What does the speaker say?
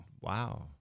Wow